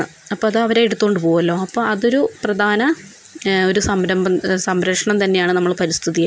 അപ്പോൾ അത് അവര് എടുത്തുകൊണ്ട് പോകുമല്ലൊ അപ്പോൾ അതൊരു പ്രധാന ഒരു സംരംഭം സംരക്ഷണം തന്നെയാണ് നമ്മള് പരിസ്ഥിതിയെ